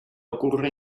ocurre